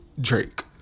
Drake